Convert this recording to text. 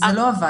זה לא עבד.